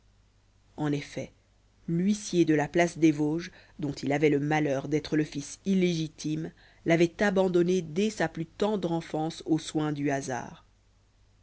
en effet l'huissier de la place des vosges dont il avait le malheur d'être le fils illégitime l'avait abandonné dès sa plus tendre enfance aux soins du hasard